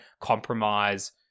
compromise